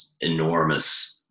enormous